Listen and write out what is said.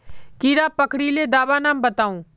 कीड़ा पकरिले दाबा नाम बाताउ?